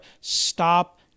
Stop